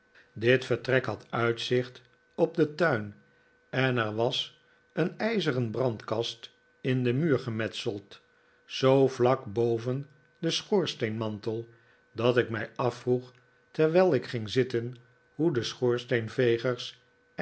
dit vertrek had uitzicht op den tuin en er was een ijzeren brandkast in den muur gemetseld zoo vlak boven den schoorsteenmantel dat ik mij afvroeg terwijl ik ging zitten hoe de